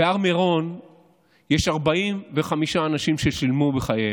בהר מירון יש 45 אנשים ששילמו בחייהם.